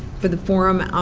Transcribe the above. for the forum,